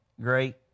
great